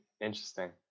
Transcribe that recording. Interesting